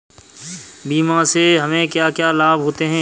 बीमा से हमे क्या क्या लाभ होते हैं?